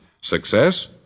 Success